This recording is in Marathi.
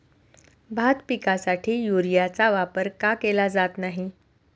भात पिकासाठी युरियाचा वापर का केला जात नाही?